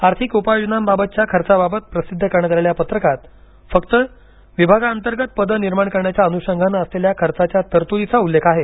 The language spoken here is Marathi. आर्थिक उपाययोजनांबाबतच्या खर्चाबाबत व्यय विभागातर्फे प्रसिद्ध करण्यात आलेल्या पत्रकात फक्त विभागाअंतर्गत पदं निर्माण करण्याच्या अनुषंगानं असलेल्या खर्चाच्या तरतुदीचा उल्लेख आहे